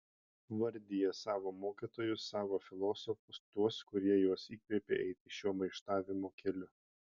vardija savo mokytojus savo filosofus tuos kurie juos įkvėpė eiti šiuo maištavimo keliu